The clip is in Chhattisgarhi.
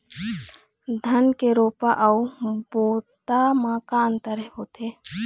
धन के रोपा अऊ बोता म का अंतर होथे?